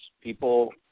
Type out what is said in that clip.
people